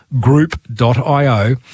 group.io